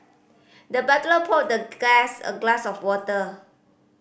the butler poured the guest a glass of water